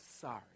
sorry